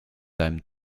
seinem